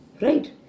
right